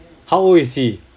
how old is he